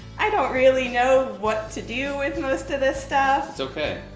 i don't really know what to do with most of this stuff. it's ok.